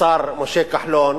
השר משה כחלון,